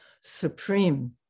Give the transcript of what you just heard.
supreme